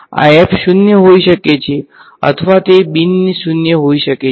આ f શૂન્ય હોઈ શકે છે અથવા તે બિન શૂન્ય હોઈ શકે છે